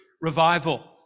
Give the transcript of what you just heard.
revival